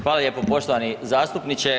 Hvala lijepo poštovani zastupniče.